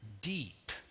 deep